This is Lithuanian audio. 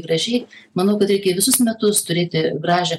gražiai manau kad reikia visus metus turėti gražią